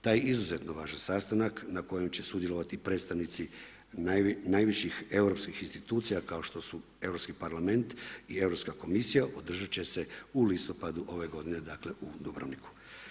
Taj izuzetno važan sastanak na kojem će sudjelovati predstavnici najviših europskih institucija kao što su europski parlament i Europska komisija, održati će u listopadu ove godine u Dubrovniku.